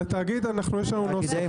על התאגיד יש לנו נוסח.